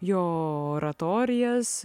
jo oratorijas